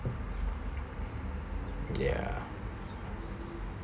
yeah